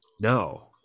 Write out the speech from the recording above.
No